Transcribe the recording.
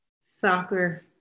soccer